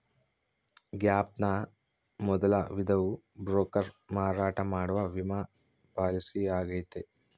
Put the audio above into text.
gap ನ ಮೊದಲ ವಿಧವು ಬ್ರೋಕರ್ ಮಾರಾಟ ಮಾಡುವ ವಿಮಾ ಪಾಲಿಸಿಯಾಗೈತೆ